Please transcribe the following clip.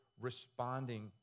responding